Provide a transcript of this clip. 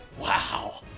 Wow